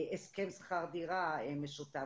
הסכם שכר דירה משותף,